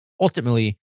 Ultimately